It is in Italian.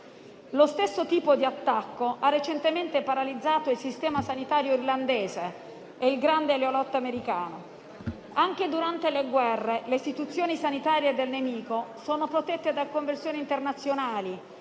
Lo stesso tipo di attacco ha recentemente paralizzato il sistema sanitario irlandese e il grande oleodotto americano. Anche durante le guerre, le istituzioni sanitarie del nemico sono protette da convenzioni internazionali;